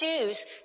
choose